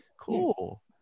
Cool